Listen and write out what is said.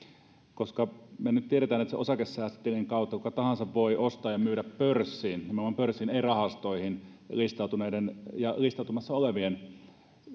koska me nyt tiedämme että sen osakesäästötilin kautta kuka tahansa voi ostaa ja myydä pörssiin nimenomaan pörssiin ei rahastoihin listautuneiden ja listautumassa olevien